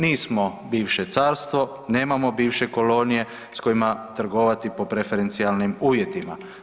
Nismo bivše carstvo, nemamo bivše kolonije s kojima trgovati po preferencijalnim uvjetima.